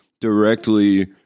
directly